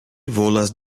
volas